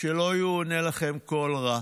שלא יאונה לכם כל רע